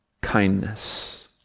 kindness